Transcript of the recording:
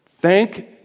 Thank